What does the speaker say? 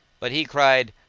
but he cried,